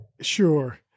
sure